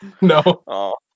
No